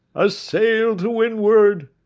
a sail to windward!